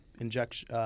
injection